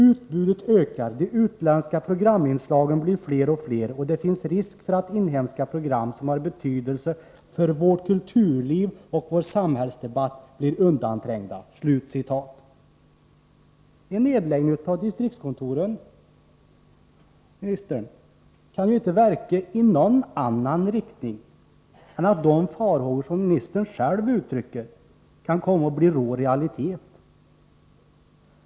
Utbudet ökar, de utländska programinslagen blir fler och det finns risk för att inhemska program som har betydelse för vårt kulturliv och vår samhällsdebatt blir undanträngda.” En nedläggning av Riksradions distriktskontor kan ju inte verka i någon annan riktning än att de farhågor kulturministern själv ger uttryck för kan komma att bli rå realitet.